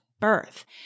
birth